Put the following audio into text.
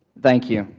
thank you.